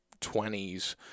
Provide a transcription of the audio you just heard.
20s